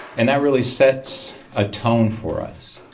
and that really sets a tone for us.